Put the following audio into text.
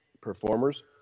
performers